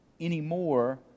anymore